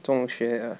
中学啊